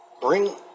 Bring